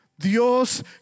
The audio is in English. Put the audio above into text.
Dios